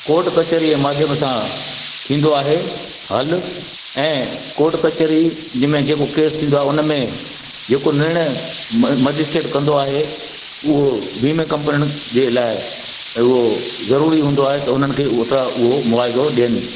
कोट कचैरी जे माध्यम सां थींदो आहे हल ऐं कोट कचैरी जंहिंमें जेको केस थींदो आहे उन में जेको निर्णय म मजिस्टेट कंदो आहे उहो बीमे कंपनीण जे लाइ उहो ज़रूरी हूंदो आहे त उन्हनि खे उहो त उहो मुआविज़ो ॾियनि